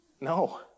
No